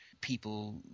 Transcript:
People